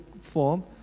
form